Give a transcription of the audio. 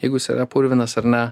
jeigu jis yra purvinas ar ne